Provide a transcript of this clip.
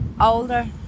older